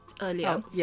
earlier